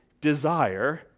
desire